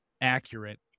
accurate